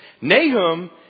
Nahum